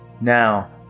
Now